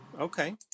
Okay